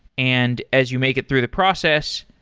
and as you make it through the process,